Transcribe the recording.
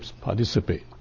participate